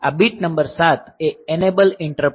આ bit number 7 એ enable interrupt છે